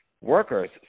workers